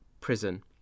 prison